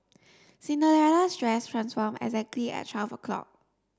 Cinderella's dress transformed exactly at twelve o'clock